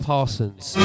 Parsons